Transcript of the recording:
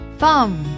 thumb